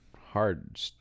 hard